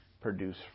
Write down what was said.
produce